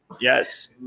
Yes